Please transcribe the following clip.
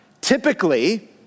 Typically